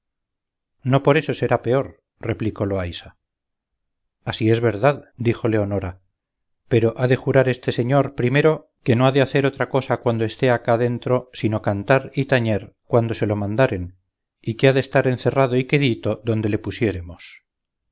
no por eso será peor replicó loaysa así es verdad dijo leonora pero ha de jurar este señor primero que no ha de hacer otra cosa cuando esté acá dentro sino cantar y tañer cuando se lo mandaren y que ha de estar encerrado y quedito donde le pusiéremos